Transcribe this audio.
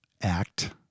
act